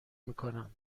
میکنم